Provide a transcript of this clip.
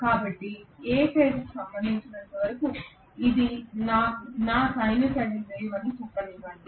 కాబట్టి A ఫేజ్కు సంబంధించినంతవరకు ఇది నా సైనూసోయిడల్ వేవ్ అని చెప్పనివ్వండి